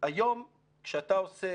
היום כשאתה עושה